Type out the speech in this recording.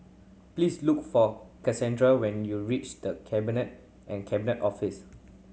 please look for Casandra when you reach The Cabinet and Cabinet Office